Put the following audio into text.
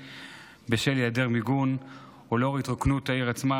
באוקטובר בשל היעדר מיגון או לנוכח התרוקנות העיר עצמה,